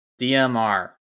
DMR